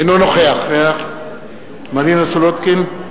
אינו נוכח מרינה סולודקין,